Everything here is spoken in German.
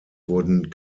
wurden